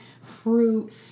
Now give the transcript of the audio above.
fruit